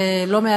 אתה אוהב בתור